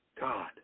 god